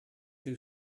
too